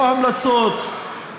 לא המלצות,